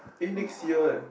eh next year eh